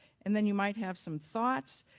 and then you might have some thoughts.